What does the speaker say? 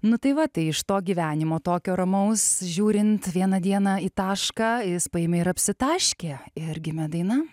nu tai va tai iš to gyvenimo tokio ramaus žiūrint vieną dieną į tašką jis paėmė ir apsitaškė ir gimė daina